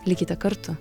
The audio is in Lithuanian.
likite kartu